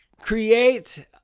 create